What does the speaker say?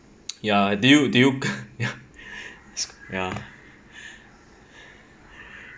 ya du~ dude ya